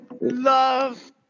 love